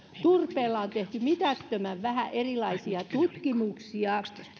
turpeesta on tehty mitättömän vähän erilaisia tutkimuksia